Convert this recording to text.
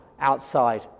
outside